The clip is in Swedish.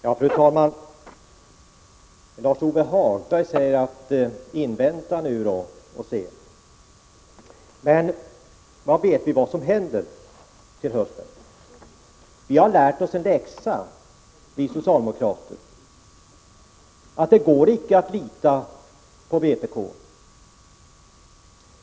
Fru talman! Lars-Ove Hagberg säger att vi skall avvakta resultatet och se på det. Men hur mycket vet vi om vad som händer till hösten? Vi socialdemokrater har lärt oss en läxa, nämligen att det icke går att lita på vpk.